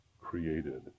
created